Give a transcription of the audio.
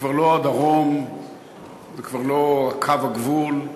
וכבר לא בדרום וכבר לא בקו הגבול,